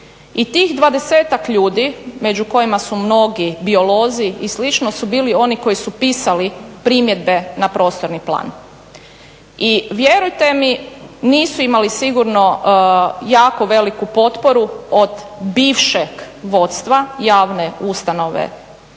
I tih dvadesetak ljudi, među kojima su mnogi biolozi i slično su bili oni koji su pisali primjedbe na prostorni plan. I vjerujte mi nisu imali sigurno jako veliku potporu od bivšeg vodstava javne ustanove